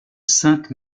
sainte